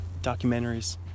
documentaries